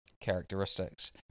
Characteristics